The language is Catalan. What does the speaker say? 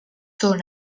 són